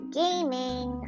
gaming